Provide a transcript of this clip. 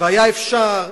והיה אפשר,